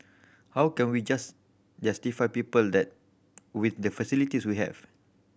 how can we justify people that with the facilities we have